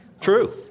True